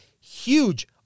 huge